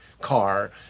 car